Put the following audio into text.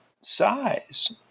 size